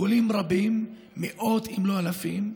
חולים רבים, מאות אם לא אלפים,